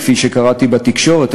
כפי שקראתי בתקשורת,